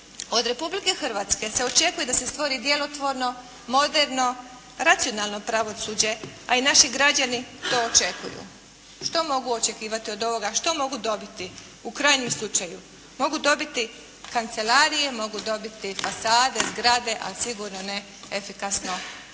Od Republike Hrvatske se očekuje da se stvori djelotvorno, moderno, racionalno pravosuđe a i naši građani to očekuju. Što mogu očekivati od ovoga, što mogu dobiti u krajnjem slučaju? Mogu dobiti kancelarije, mogu dobiti fasade, zgrade a sigurno ne efikasno